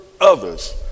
others